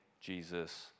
Jesus